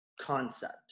concept